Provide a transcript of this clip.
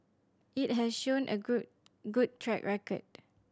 it has shown a good good track record